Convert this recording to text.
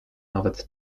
nawet